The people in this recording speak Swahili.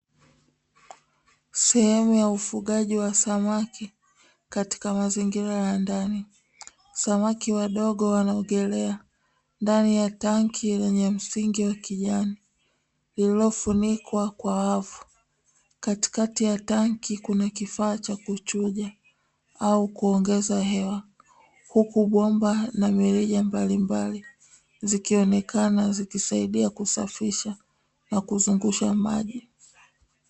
Sehemu ya ufugaji wa samaki katika mazingira ya ndani. Samaki wadogo wanaogelea ndani ya tanki lenye msingi wa kijani, lililofunikwa kwa wavu. Katikati ya tanki kuna kifaa cha kuchuja au kuongeza hewa, huku bomba na mirija mbalimbali zikionekana zikisaidia kusafisha na kuzungusha maji.